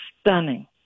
stunning